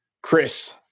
Chris